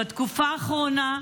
בתקופה האחרונה,